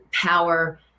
power